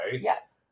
yes